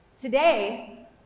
Today